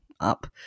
up